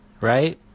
right